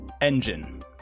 engine